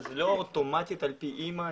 אבל זה לא אוטומטית על פי האמא?